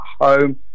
home